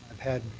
i've had